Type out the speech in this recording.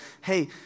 hey